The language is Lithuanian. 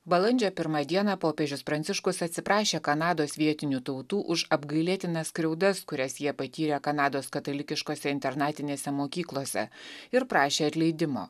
balandžio pirmą dieną popiežius pranciškus atsiprašė kanados vietinių tautų už apgailėtinas skriaudas kurias jie patyrė kanados katalikiškose internatinėse mokyklose ir prašė atleidimo